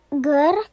good